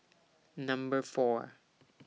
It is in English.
Number four